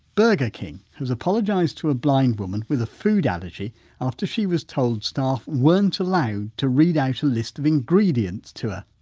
burger king has apologised to a blind woman with a food allergy after she was told staff weren't allowed to read out a list of ingredients to her.